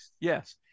Yes